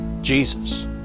Jesus